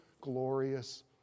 glorious